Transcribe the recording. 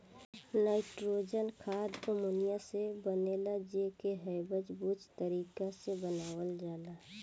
nitrogen खाद ammonia से बनेला जे के हैबर बोच तारिका से बनावल जाला